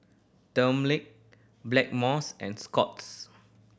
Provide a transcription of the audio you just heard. Dermale Blackmores and Scott's